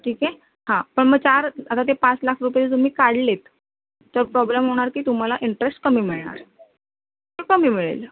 ठीक आहे हां पण मग चार आता ते पाच लाख रुपये जर तुम्ही काढलेत तर प्रॉब्लेम होणार की तुम्हाला इंटरेश्ट कमी मिळणार तो कमी मिळेल